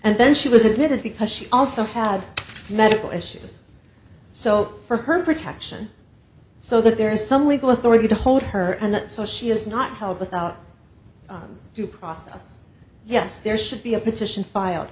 and then she was admitted because she also had medical as she does so for her protection so that there is some legal authority to hold her and that so she is not held without due process yes there should be a petition filed